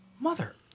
Mother